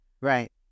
Right